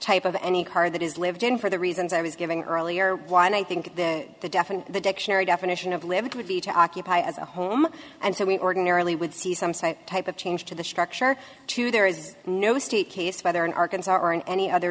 type of any car that is lived in for the reasons i was giving earlier and i think that the def and the dictionary definition of limit would be to occupy as a home and so we ordinarily would see some type of change to the structure to there is no state case whether in arkansas or in any other